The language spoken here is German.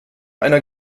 einer